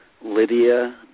Lydia